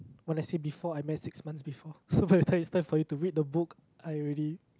when I say before I meant six months before so by the time it's time for you to read the book I already